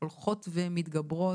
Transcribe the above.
הולכות ומתגברות.